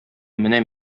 менә